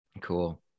Cool